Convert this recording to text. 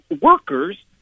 workers